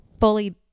fully